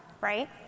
right